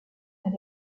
avec